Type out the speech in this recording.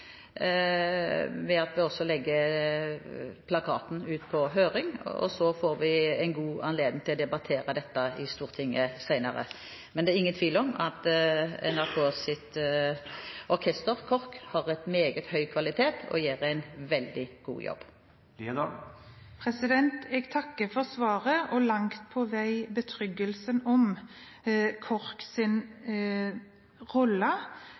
ved at vi legger plakaten ut på høring. Vi vil få god anledning til å debattere dette i Stortinget senere. Det er ingen tvil om at NRKs orkester, KORK, holder meget høy kvalitet og gjør en veldig god jobb. Jeg takker for svaret og for – langt på vei – betryggelsen når det gjelder KORKs rolle